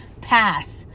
pass